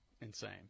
insane